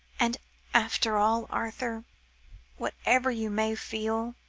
and after all, arthur whatever you may feel,